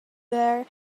there